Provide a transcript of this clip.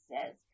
says